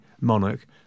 monarch